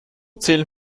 zählen